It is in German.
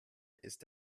ist